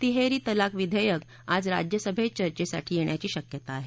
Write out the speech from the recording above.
तिहेरी तलाक विधेयक आज राज्यसभेत चर्चेसाठी येण्याची शक्यता आहे